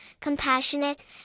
compassionate